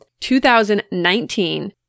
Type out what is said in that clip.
2019